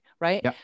right